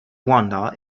wanda